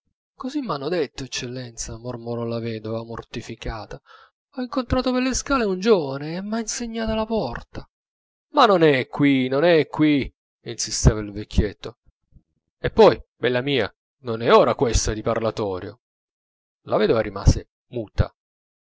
così m'hanno detto eccellenza mormorò la vedova mortificata ho incontrato per le scale un giovane e m'ha insegnata la porta ma non è qui non è qui insisteva il vecchietto e poi bella mia non è ora questa di parlatorio la vedova rimase muta